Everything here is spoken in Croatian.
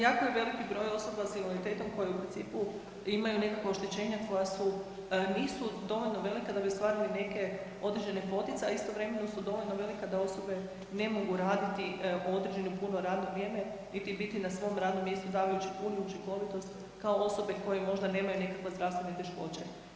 Jako je veliki broj osoba s invaliditetom koji u principu, imaju nekakvo oštećenja koja su, nisu dovoljno velika da bi ostvarili neke određene poticaje, a istovremeno su dovoljno velika da osobe ne mogu raditi određeno puno radno vrijeme niti biti na svom radnom mjestu davajući punu učinkovitost kao osobe koje možda nemaju nekakve zdravstvene teškoće.